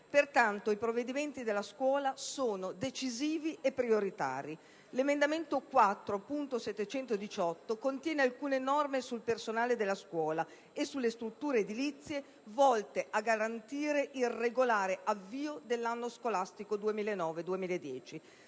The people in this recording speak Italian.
Pertanto, i provvedimenti riguardanti la scuola sono decisivi e prioritari. L'emendamento 4.718, di cui sono prima firmataria, contiene alcune norme del personale della scuola e sulle strutture edilizie volte a garantire il regolare avvio dell'anno scolastico 2009-2010.